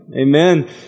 Amen